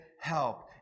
help